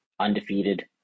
undefeated